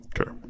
Okay